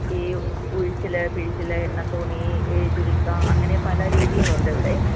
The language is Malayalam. ഈ ഉഴിച്ചിൽ പിഴിച്ചിൽ എണ്ണത്തോണി ചികിത്സ അങ്ങനെ പല രീതികളുണ്ട് ഇവിടെ